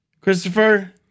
Christopher